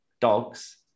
dogs